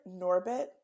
Norbit